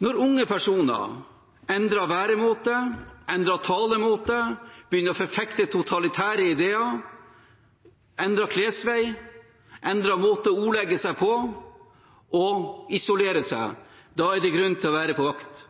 Når unge personer endrer væremåte, endrer talemåte, begynner å forfekte totalitære ideer, endrer klesvei, endrer måten å ordlegge seg på og isolerer seg, er det grunn til å være på vakt.